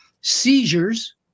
seizures